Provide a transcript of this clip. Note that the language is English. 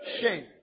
Shame